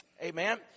amen